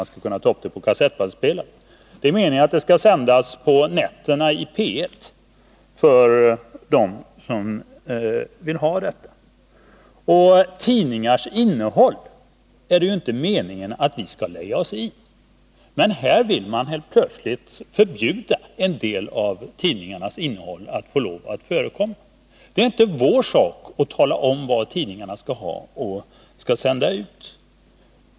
Avsikten är att programmen skall sändas på nätterna i P 1 för dem som är intresserade. Det är ju inte meningen att vi skall lägga oss i tidningars innehåll. Men här vill man helt plötsligt förbjuda att en del av tidningars innehåll distribueras. Det är inte vår sak att tala om vad tidningarna skall innehålla och sända ut.